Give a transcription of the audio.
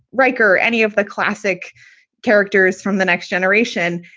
reicher any of the classic characters from the next generation,